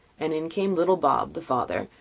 and in came little bob, the father,